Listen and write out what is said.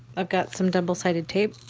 i've got some double-sided tape.